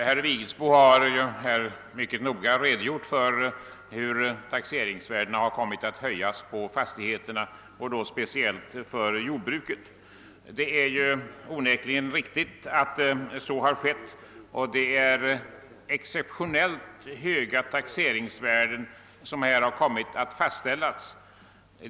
Herr talman! Herr Vigelsbo har mycket noga redogjort för utfallet av den höjning av fastighetstaxeringsvärdena som genomförts, speciellt beträffande jordbruket. Det är onekligen exceptionellt höga fastighetsvärden som kommit att fastställas.